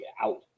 out